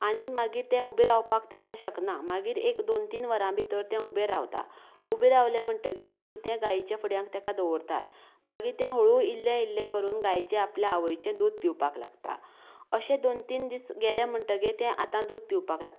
आनी मागीर ते उबे रावपाक शकना मागीर एक दोन तीन वरां भितर ते उबें रावता उबे रावलें म्हणटगीर आमी त्या गायेच्या फुड्यां ताका दवरतात मागीर ते हळूहळू इल्ले इल्ले करून गायेचे आपले आवयचे दूद पिवपाक लागता अशे दोन तीन दीस गेले म्हणटगीर ते आतां दूद पिवपाक लागता